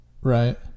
Right